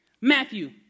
Matthew